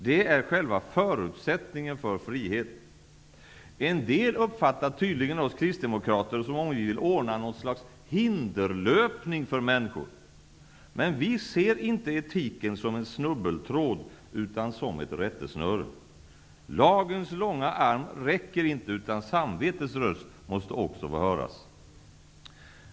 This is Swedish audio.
Det är själva förutsättningen för frihet. En del uppfattar tydligen oss kristdemokrater som om vi vill ordna något slags hinderlöpning för människor. Men vi ser inte etiken som en snubbeltråd, utan som ett rättesnöre. Lagens långa arm räcker inte, utan samvetets röst måste också få höras!